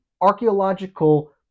archaeological